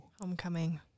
Homecoming